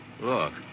Look